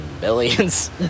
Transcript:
billions